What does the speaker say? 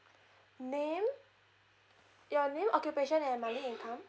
name your name occupation and monthly income